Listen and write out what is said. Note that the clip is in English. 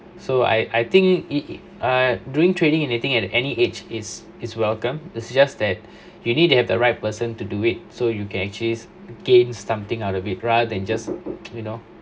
so I I think it I doing trading anything at any age is is welcome it is just that you need to have the right person to do it so you can actually gains something out of it rather than just you know